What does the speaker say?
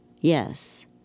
Yes